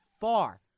far